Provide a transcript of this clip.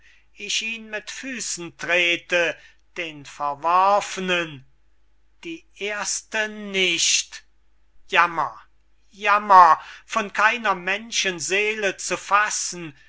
ich ihn mit füßen trete den verworfnen die erste nicht jammer jammer von keiner menschenseele zu fassen